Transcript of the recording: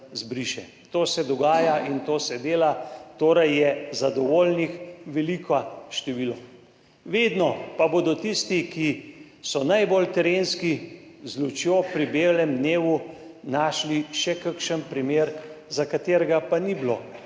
To se dogaja in to se dela, torej je zadovoljnih veliko število. Vedno pa bodo tisti, ki so najbolj terenski, z lučjo pri belem dnevu našli še kakšen primer, za katerega pa ni bilo